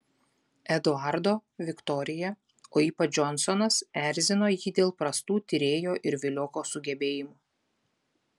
eduardo viktorija o ypač džonsonas erzino jį dėl prastų tyrėjo ir vilioko sugebėjimų